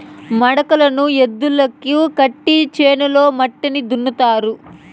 మడకలను ఎద్దులకు కట్టి చేనులో మట్టిని దున్నుతారు